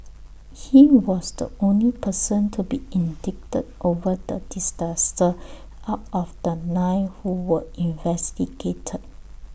he was the only person to be indicted over the disaster out of the nine who were investigated